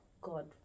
God